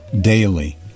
daily